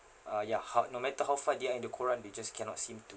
ah ya how no matter how far they are into quran they just cannot seem to